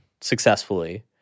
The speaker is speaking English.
successfully